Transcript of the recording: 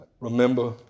remember